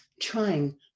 trying